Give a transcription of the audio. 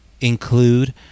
include